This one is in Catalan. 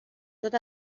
tot